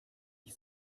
ich